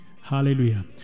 Hallelujah